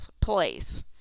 place